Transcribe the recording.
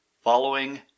following